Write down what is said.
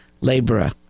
laborer